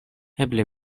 eble